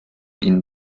ihn